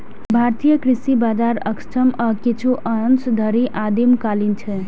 भारतीय कृषि बाजार अक्षम आ किछु अंश धरि आदिम कालीन छै